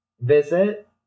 visit